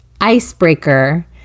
icebreaker